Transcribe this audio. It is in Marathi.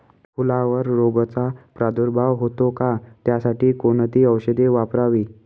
फुलावर रोगचा प्रादुर्भाव होतो का? त्यासाठी कोणती औषधे वापरावी?